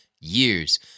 years